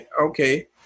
okay